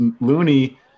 Looney